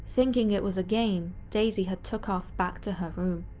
thinking it was a game, daisy had took off back to her room.